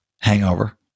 hangover